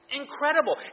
incredible